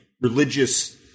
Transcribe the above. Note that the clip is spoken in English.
religious